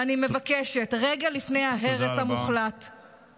ואני מבקשת, רגע לפני ההרס המוחלט, תודה רבה.